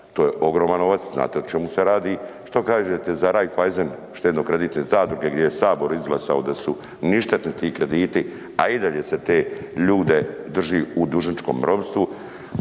to je ogroman novac, znate o čemu se radi, što kažete za Raiffeisen štedno-kreditne zadruge gdje je Sabor izglasao da su ništetni ti krediti a i dalje se te ljude drži u dužničkom ropstvu,